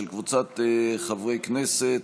של קבוצת חברי הכנסת,